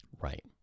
Right